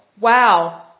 Wow